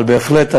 אבל בהחלט,